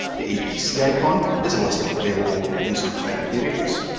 the abc icon is a list of available user-defined variables,